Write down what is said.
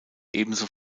ebenso